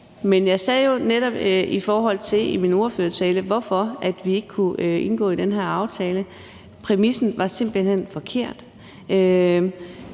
Men jeg sagde jo netop i min ordførertale, hvorfor vi ikke kunne indgå i den her aftale. Præmissen var simpelt hen forkert.